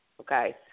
okay